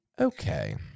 Okay